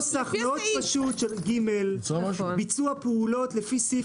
נוסח מאוד פשוט של (ג) - ביצוע פעולות לפי סעיף